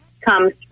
comes